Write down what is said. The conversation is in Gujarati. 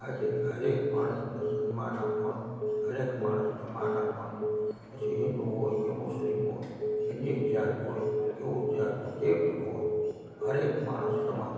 આજે દરેક માણસને સન્માન આપવાનું દરેક માણસને માન આપવાનું પછી હિન્દુ હોય કે મુસ્લિમ હોય કે નીચ જાત હોય કે ઉચ્ચ જાત હોય જે પણ હોય દરેક માણસ સમાન